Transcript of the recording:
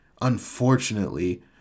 unfortunately